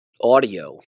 audio